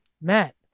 Matt